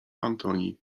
antoni